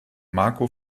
marco